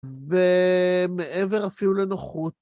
ומעבר אפילו לנוחות.